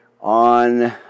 on